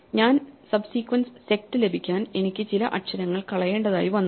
ഞാൻ subsequence sect ലഭിക്കാൻ എനിക്ക് ചില അക്ഷരങ്ങൾ കളയേണ്ടതായി വന്നു